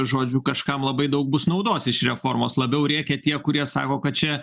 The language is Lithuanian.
žodžiu kažkam labai daug bus naudos iš reformos labiau rėkia tie kurie sako kad čia